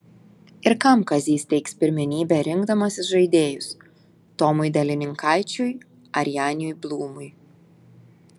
ir kam kazys teiks pirmenybę rinkdamasis žaidėjus tomui delininkaičiui ar janiui blūmui